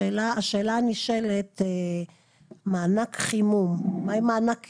השאלה הנשאלת, מה עם מענק קירור?